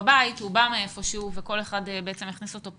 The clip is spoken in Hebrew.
זאת לא בושה להיות חולה אבל התפיסה הציבורית היא שהם